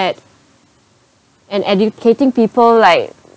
and educating people like